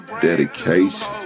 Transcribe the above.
dedication